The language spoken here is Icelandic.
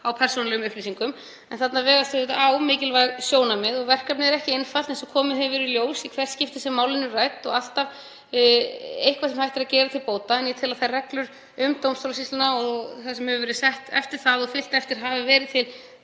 á persónulegum upplýsingum. En þarna vegast á mikilvæg sjónarmið og verkefnið er ekki einfalt, eins og komið hefur í ljós í hvert skipti sem málin eru rædd, og alltaf eitthvað sem hægt er að gera til bóta. En ég tel að þær reglur um dómstólasýsluna og það sem hefur verið sett eftir það og fylgt eftir hafi verið til